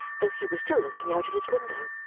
though he was still looking out of his window.